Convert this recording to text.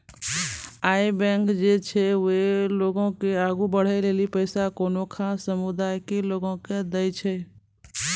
इ बैंक जे छै वें लोगो के आगु बढ़ै लेली पैसा कोनो खास समुदाय के लोगो के दै छै